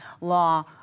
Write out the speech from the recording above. law